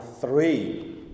three